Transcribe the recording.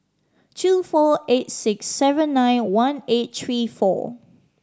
two four eight six seven nine one eight three four